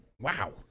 wow